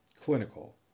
clinical